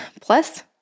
plus